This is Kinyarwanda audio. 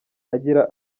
agira